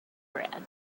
bread